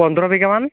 পোন্ধৰ বিঘামান